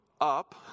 up